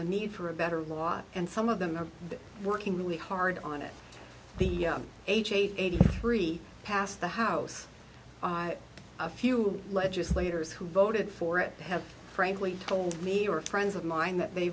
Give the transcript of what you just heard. a need for a better law and some of them are working really hard on it the age eighty three passed the house a few legislators who voted for it have frankly told me or friends of mine that they